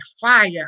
fire